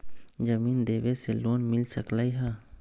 जमीन देवे से लोन मिल सकलइ ह?